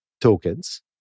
tokens